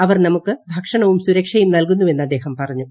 അവർ നമുക്ക് ഭക്ഷണവും സുരക്ഷയും നൽകുന്നുവെന്ന് അദ്ദേഹം പറഞ്ഞു